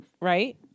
right